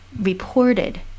Reported